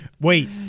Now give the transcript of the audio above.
Wait